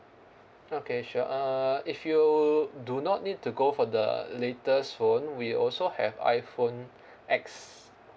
okay sure uh if you do not need to go for the latest phone we also have iPhone X